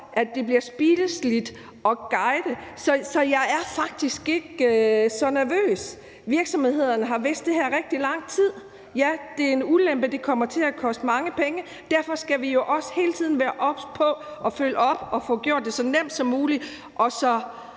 at det bliver spiseligt. Så jeg er faktisk ikke så nervøs. Virksomhederne har vidst det her i rigtig lang tid. Ja, det er en ulempe, at det kommer til at koste mange penge, men derfor skal vi jo også hele tiden være obs på at følge op og få gjort det så nemt som muligt